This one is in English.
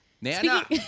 Nana